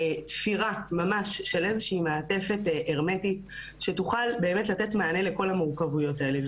תפירה ממש של איזושהי מעטפת הרמטית שתוכל לתת מענה לכל המורכבויות האלה.